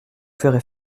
ferez